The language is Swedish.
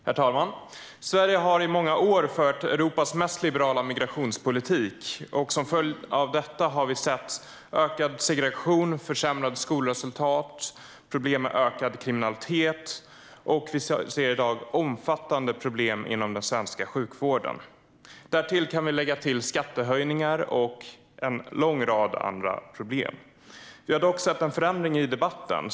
Herr talman! Sverige har i många år fört Europas mest liberala migrationspolitik. Som följd av detta har vi sett ökad segregation, försämrade skolresultat och problem med ökad kriminalitet. Vi ser också i dag omfattande problem inom den svenska sjukvården. Dessutom kan vi lägga till skattehöjningar och en lång rad andra problem. Vi har dock sett en förändring i debatten.